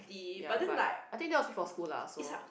ya but I think that was before school lah so